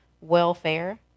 welfare